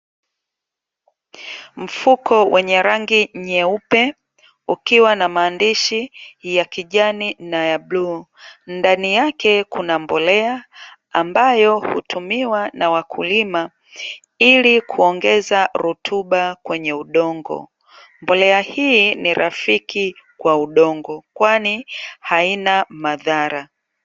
Mfuko wenye rangi nyeupe ukiwa na maandishi ya kijani na ya bluu, ndani yake kuna mbolea ambayo hutumiwa na wakulima ili kuongeza rutuba kwenye udongo. Mbolea hii ni rafiki kwa udongo kwani haina madhara.